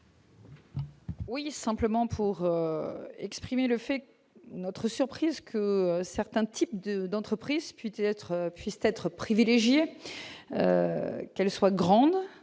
Oui, simplement pour exprimer le fait que notre surprise que certains types de d'entreprise puis théâtre puissent être privilégiée, qu'elles soient grande